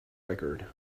record